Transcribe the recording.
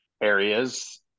areas